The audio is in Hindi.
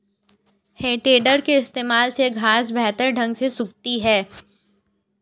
है टेडर के इस्तेमाल से घांस बेहतर ढंग से सूखती है